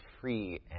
free